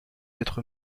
être